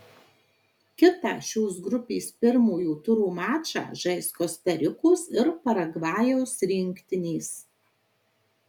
kitą šios grupės pirmojo turo mačą žais kosta rikos ir paragvajaus rinktinės